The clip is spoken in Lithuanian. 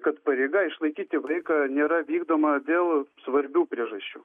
kad pareiga išlaikyti vaiką nėra vykdoma dėl svarbių priežasčių